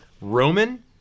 Roman